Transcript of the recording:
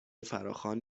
فراخوان